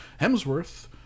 Hemsworth